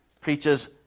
preaches